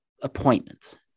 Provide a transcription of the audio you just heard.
appointments